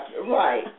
Right